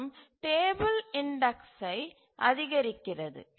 மற்றும் டேபில் இன்டக்ஸ்சை அதிகரிக்கிறது